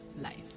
life